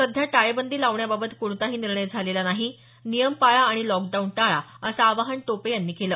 सध्या टाळेबंदी लावण्याबाबत कोणताही निर्णय झालेला नाही नियम पाळा आणि लॉकडाऊन टाळा असं आवाहन टोपे यांनी केलं